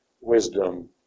wisdom